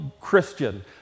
Christian